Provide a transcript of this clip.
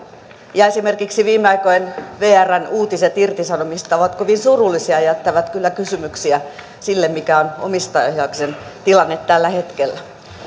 ja esimerkiksi viime aikojen uutiset vrn irtisanomisista ovat kovin surullisia ja jättävät kyllä kysymyksiä siitä mikä on omistajaohjauksen tilanne tällä hetkellä